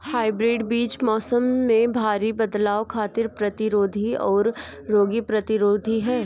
hybrid बीज मौसम में भारी बदलाव खातिर प्रतिरोधी आउर रोग प्रतिरोधी ह